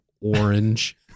orange